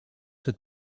had